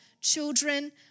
children